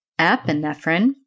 epinephrine